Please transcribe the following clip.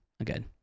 again